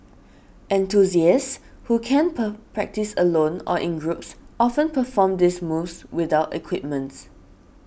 who can practice alone or in groups often perform these moves without equipments